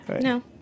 No